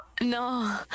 No